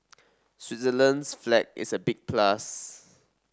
Switzerland's flag is a big plus